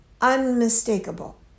unmistakable